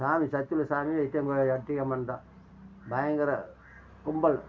சாமி சக்தியுள்ள சாமி எட்டிய எட்டியம்மன் தான் பயங்கர கும்பல்